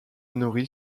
nourrit